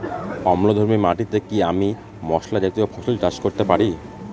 অম্লধর্মী মাটিতে কি আমি মশলা জাতীয় ফসল চাষ করতে পারি?